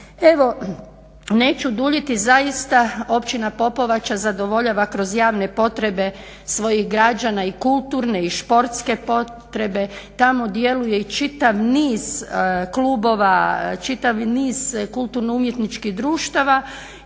neću duljiti zaista Općina Popovača zadovoljava kroz javne potrebe svojih građana i kulturne i sportske potrebe. Tamo djeluje i čitav niz klubova, čitav niz kulturno-umjetničkih društava